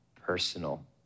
personal